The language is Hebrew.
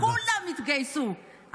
כולם התגייסו,